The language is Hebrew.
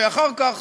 ואחר כך